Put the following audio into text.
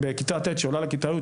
ועולה לכיתה י'.